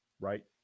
right